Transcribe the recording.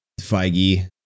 Feige